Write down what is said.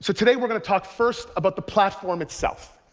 so today we're going to talk first about the platform itself.